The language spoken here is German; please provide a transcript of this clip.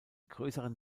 größeren